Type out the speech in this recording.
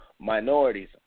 minorities